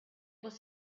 was